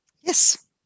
Yes